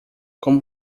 como